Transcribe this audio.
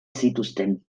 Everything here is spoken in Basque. zituzten